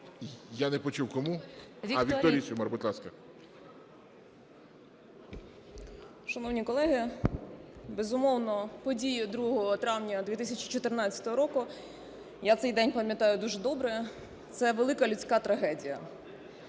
Я не почув. Кому? А, Вікторії Сюмар. Будь ласка. 11:58:27 СЮМАР В.П. Шановні колеги, безумовно, подію 2 травня 2014 року, я цей день пам'ятаю дуже добре. Це велика людська трагедія.